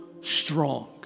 strong